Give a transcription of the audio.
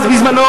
בזמנו,